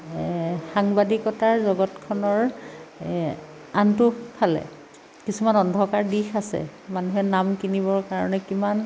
সাংবাদিকতাৰ জগতখনৰ আনটো ফালে কিছুমান অন্ধকাৰ দিশ আছে মানুহে নাম কিনিবৰ কাৰণে কিমান